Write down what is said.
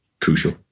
crucial